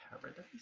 paradise